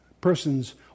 persons